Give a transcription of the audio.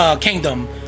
kingdom